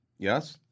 Yes